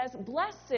Blessed